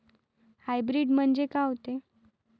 Hybrid म्हनजे का होते?